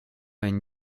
une